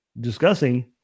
Discussing